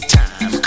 time